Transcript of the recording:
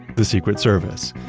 the secret service.